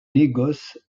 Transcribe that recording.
négoce